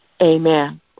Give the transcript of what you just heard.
amen